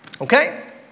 okay